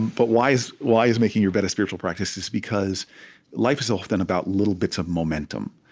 but why is why is making your bed a spiritual practice? it's because life is often about little bits of momentum.